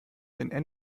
den